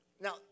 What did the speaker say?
Now